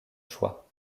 choix